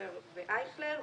טסלר ואייכלר,